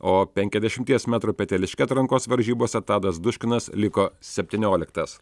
o penkiasdešimties metrų peteliške atrankos varžybose tadas duškinas liko septynioliktas